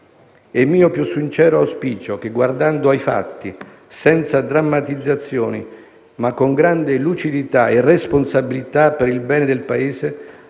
È mio più sincero auspicio che guardando ai fatti senza drammatizzazioni, ma con grande lucidità e responsabilità per il bene del Paese,